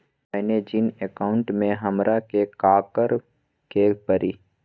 मैंने जिन अकाउंट में हमरा के काकड़ के परी?